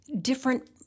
different